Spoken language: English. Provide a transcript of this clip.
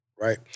right